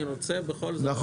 אני רוצה לנסות לשכנע אותך.